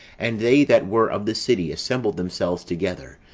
and they that were of the city assembled themselves together,